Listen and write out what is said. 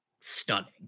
stunning